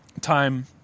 time